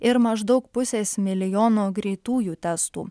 ir maždaug pusės milijono greitųjų testų